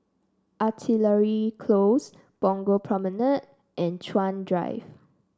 Artillery Close Punggol Promenade and Chuan Drive